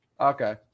Okay